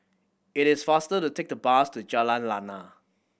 it is faster to take the bus to Jalan Lana